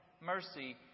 mercy